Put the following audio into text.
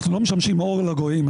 אנחנו לא משמשים אור לגויים,